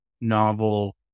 novel